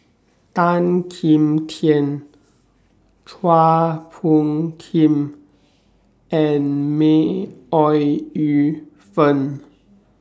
Tan Kim Tian Chua Phung Kim and May Ooi Yu Fen